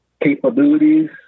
capabilities